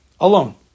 Alone